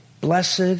blessed